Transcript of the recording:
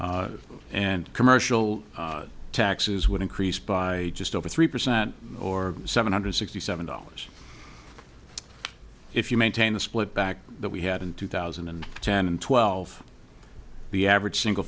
and commercial taxes would increase by just over three percent or seven hundred sixty seven dollars if you maintain the split back that we had in two thousand and ten and twelve the average single